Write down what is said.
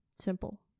simple